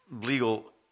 legal